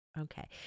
Okay